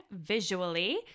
visually